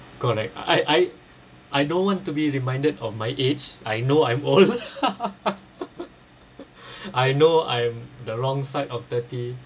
correct I I I don't want to be reminded of my age I know I'm old I know I'm the wrong side of thirty